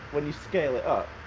when you scale it up,